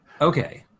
okay